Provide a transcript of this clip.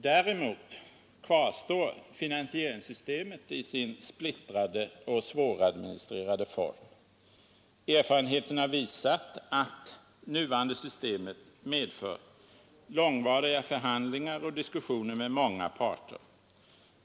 Däremot kvarstår finansieringssystemet i sin splittrade och svåradministrerade form. Erfarenheterna har visat att det nuvarande systemet medför långvariga förhandlingar och diskussioner med många parter.